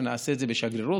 נעשה את זה בשגרירות,